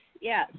yes